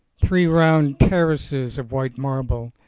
three round ter races of white marble,